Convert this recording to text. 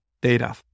data